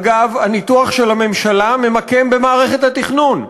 אגב, הניתוח של הממשלה ממקם במערכת התכנון.